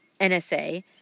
NSA